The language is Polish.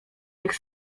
tych